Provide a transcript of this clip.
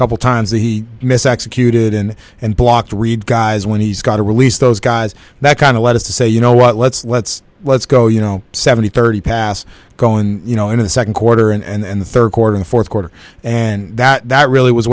couple times that he missed executed in and blocked reed guys when he's got to release those guys that kind of led us to say you know what let's let's let's go you know seventy thirty pass going you know into the second quarter and the third quarter and fourth quarter and that really was